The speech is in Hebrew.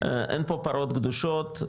אין פה פרות קדושות,